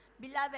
Beloved